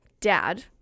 dad